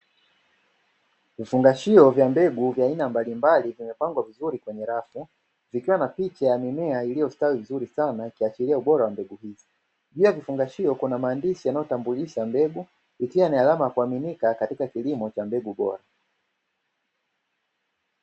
Vifungashio vya mbegu vya aina mbalimbali vimepangwa vizuri kwenye rafu, zikiwa na picha ya mimea iliyostawi vizuri sana ikiashiria ubora wa mbegu hizi. Juu ya vifungashio kuna maandishi yanayotambulisha mbegu ikiwa ni alama ya kuaminika katika kilimo cha mbegu bora.